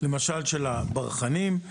של הברחנים.